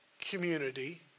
community